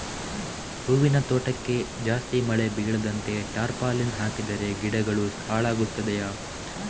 ಹೂವಿನ ತೋಟಕ್ಕೆ ಜಾಸ್ತಿ ಮಳೆ ಬೀಳದಂತೆ ಟಾರ್ಪಾಲಿನ್ ಹಾಕಿದರೆ ಗಿಡಗಳು ಹಾಳಾಗುತ್ತದೆಯಾ?